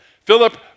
Philip